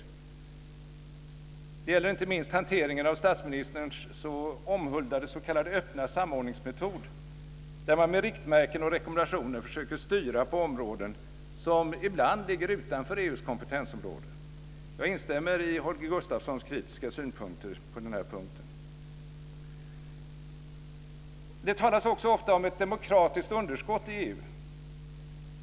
Detta gäller inte minst hanteringen av statsministerns så omhuldade s.k. öppna samordningsmetod, där man med riktmärken och rekommendationer försöker styra på områden som ibland ligger utanför EU:s kompetensområde. Jag instämmer i Holger Gustafssons kritiska synpunkter på den punkten. Det talas ofta om ett demokratiskt underskott i EU.